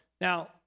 Now